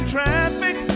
traffic